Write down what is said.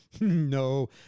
No